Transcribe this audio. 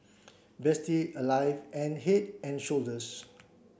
Betsy Alive and Head and Shoulders